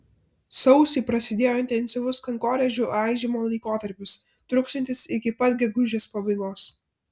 sausį prasidėjo intensyvus kankorėžių aižymo laikotarpis truksiantis iki pat gegužės pabaigos